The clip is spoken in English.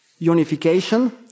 unification